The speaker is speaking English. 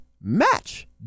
match